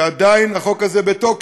עדיין החוק הזה בתוקף,